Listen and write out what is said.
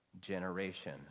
generation